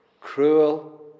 Cruel